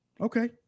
okay